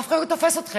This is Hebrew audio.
אף אחד לא תופס אתכם,